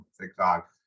TikTok